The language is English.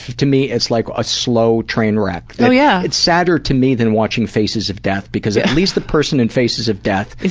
to me, it's like a slow train wreck. so yeah it's sadder to me than watching faces of death because at least the person in faces of death